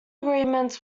agreements